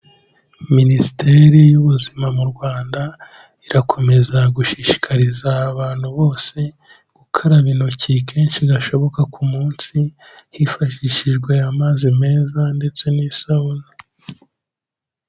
Minisiteri y'ubuzima mu Rwanda irakomeza gushishikariza abantu bose gukaraba intoki kenshi gashoboka ku munsi, hifashishijwe amazi meza ndetse n'isabune.